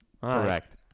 Correct